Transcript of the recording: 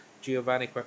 giovanni